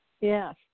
Yes